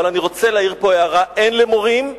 אבל אני רוצה להעיר פה הערה הן למורים,